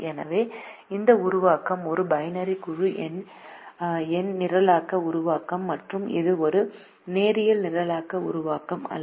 எனவே இந்த உருவாக்கம் ஒரு பைனரி முழு எண் நிரலாக்க உருவாக்கம் மற்றும் இது ஒரு நேரியல் நிரலாக்க உருவாக்கம் அல்ல